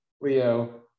Leo